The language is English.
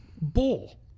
bull